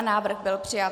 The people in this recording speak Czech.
Návrh byl přijat.